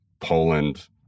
poland